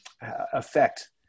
affect